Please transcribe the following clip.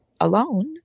alone